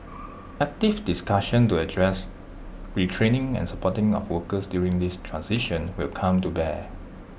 active discussion to address retraining and supporting of workers during this transition will come to bear